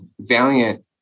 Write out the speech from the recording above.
Valiant